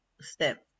step